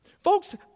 Folks